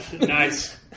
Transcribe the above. nice